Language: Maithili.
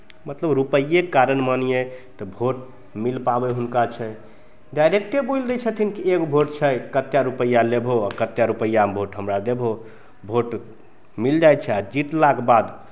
मतलब रुपैएके कारण मानियै तऽ भोट मिल पाबै हुनका छै डायरेक्टे बोलि दै छथिन कि एगो भोट छै कतेक रुपैआ लेबहो आ कतेक रुपैआमे भोट हमरा देबहो भोट मिल जाइ छै आ जितलाक बाद